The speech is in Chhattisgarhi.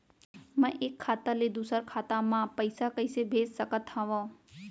मैं एक खाता ले दूसर खाता मा पइसा कइसे भेज सकत हओं?